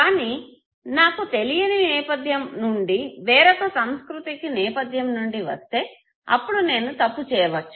కానీ నేను నాకు తెలియని నేపధ్యం నుండి వేరొక సాంస్కృతిక నేపధ్యం నుండి వస్తే అప్పుడు నేను తప్పు చేయచ్చు